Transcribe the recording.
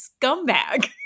scumbag